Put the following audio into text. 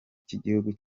cy’igihugu